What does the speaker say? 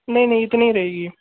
नहीं नहीं इतनी ही रहेगी